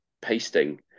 pasting